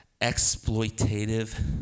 exploitative